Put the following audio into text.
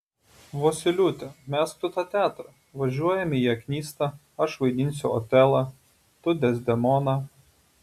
vosyliūte mesk tu tą teatrą važiuojame į aknystą aš vaidinsiu otelą tu dezdemoną